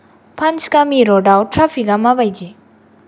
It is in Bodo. पान्चगामि र'डाव ट्राफिका माबायदि